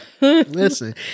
listen